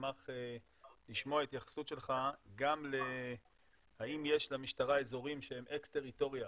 אשמח לשמוע התייחסות שלך גם האם יש למשטרה אזורים שהם אקס טריטוריה